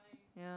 yeah